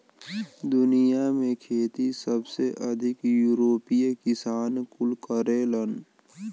दुनिया में खेती सबसे अधिक यूरोपीय किसान कुल करेलन